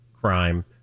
Crime